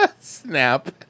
Snap